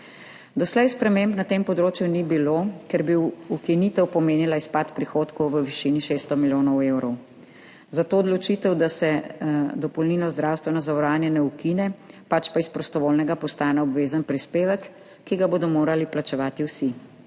Doslej sprememb na tem področju ni bilo, ker bi ukinitev pomenila izpad prihodkov v višini 600 milijonov evrov, zato odločitev, da se dopolnilno zdravstveno zavarovanje ne ukine, pač pa iz prostovoljnega postane obvezen prispevek, ki ga bodo morali plačevati vsi.